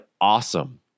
awesome